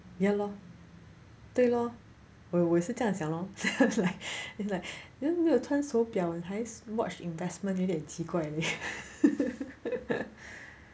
ya lor 对 lor 我也是这样想 lor it's like it's like then 没有穿手表还 watch investment 有一点奇怪 leh